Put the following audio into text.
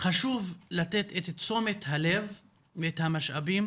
חשוב לתת את תשומת הלב והמשאבים